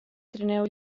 trineu